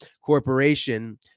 corporation